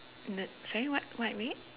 the sorry what what you mean